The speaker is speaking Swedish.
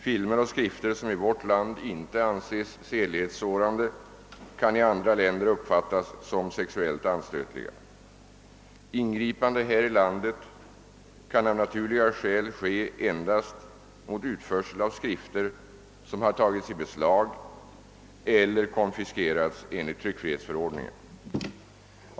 Filmer och skrifter som i vårt land inte anses sedlighetssårande kan i andra länder uppfattas som sexuellt anstötliga. Ingripande här i landet kan av naturliga skäl ske endast mot utförsel av skrifter som har tagits i beslag eller konfiskerats enligt tryckfrihetsförordningen.